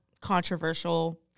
controversial